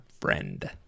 friend